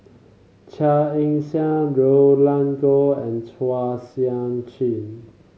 Chia Ann Siang Roland Goh and Chua Sian Chin